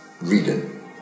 reading